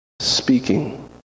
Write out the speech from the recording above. speaking